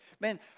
Man